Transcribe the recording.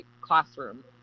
classroom